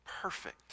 perfect